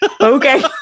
Okay